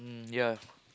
um yeah